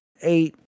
eight